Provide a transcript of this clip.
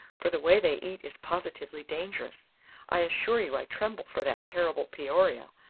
for the way they eat is positively dangerous i assure you i tremble for that terrible peoria.